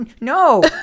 no